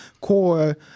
core